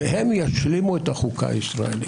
שישלימו את החוקה הישראלית.